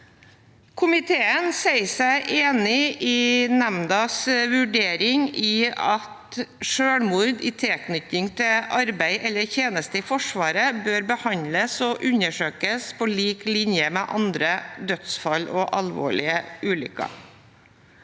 Komiteen sier seg enig i nemndas vurdering i at selvmord i tilknytning til arbeid eller tjeneste i Forsvaret bør behandles og undersøkes på lik linje med andre dødsfall og alvorlige ulykker.